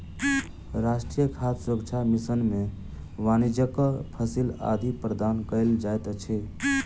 राष्ट्रीय खाद्य सुरक्षा मिशन में वाणिज्यक फसिल आदि प्रदान कयल जाइत अछि